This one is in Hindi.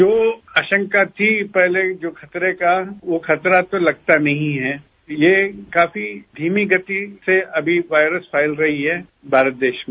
जो आशंका थी पहले ही जो खतरा था वह खतरा तो लगता नहीं है ये काफी धीमी गति से वायरस फैल रही है भारत देश में